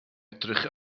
edrych